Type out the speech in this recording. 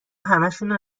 همشونو